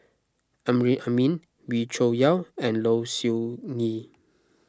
Amrin Amin Wee Cho Yaw and Low Siew Nghee